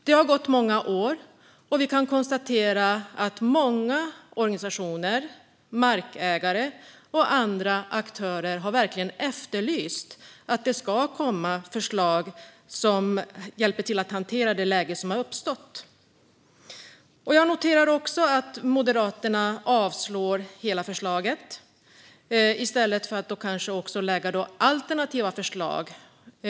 Det har gått många år, och vi kan konstatera att många organisationer, markägare och andra aktörer har efterlyst förslag som hjälper till att hantera det läge som har uppstått. Jag noterar att Moderaterna yrkar på avslag av hela förslaget i stället för att lägga alternativa förslag.